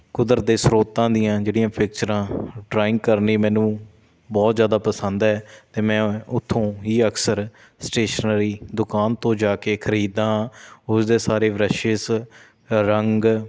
ਕੁਦਰਤ ਦੇ ਸਰੋਤਾਂ ਦੀਆਂ ਜਿਹੜੀਆਂ ਪਿਕਚਰਾਂ ਡਰਾਇੰਗ ਕਰਨੀ ਮੈਨੂੰ ਬਹੁਤ ਜ਼ਿਆਦਾ ਪਸੰਦ ਹੈ ਅਤੇ ਮੈਂ ਉੱਥੋਂ ਹੀ ਅਕਸਰ ਸਟੇਸ਼ਨਰੀ ਦੁਕਾਨ ਤੋਂ ਜਾ ਕੇ ਖਰੀਦਦਾ ਹਾਂ ਉਸ ਦੇ ਸਾਰੇ ਬਰੱਸ਼ਿਸ ਰੰਗ